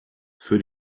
für